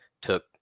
took